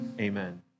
amen